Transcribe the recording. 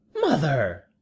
mother